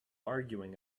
arguing